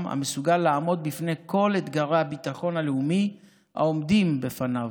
המסוגל לעמוד בפני כל אתגרי הביטחון הלאומי העומדים בפניו,